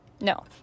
no